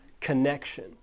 connection